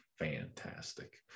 fantastic